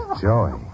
joy